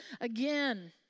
again